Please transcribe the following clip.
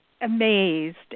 amazed